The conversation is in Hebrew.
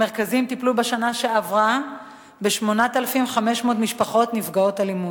המרכזים טיפלו בשנה שעברה ב-8,500 משפחות נפגעות אלימות.